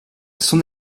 son